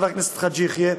חבר הכנסת חאג' יחיא,